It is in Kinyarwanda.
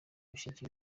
bashiki